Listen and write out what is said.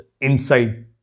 inside